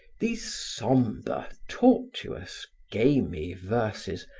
these sombre, tortuous, gamy verses,